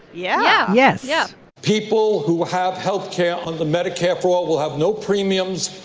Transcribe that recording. yeah yes yeah people who have health care under medicare for all will have no premiums,